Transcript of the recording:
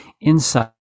Inside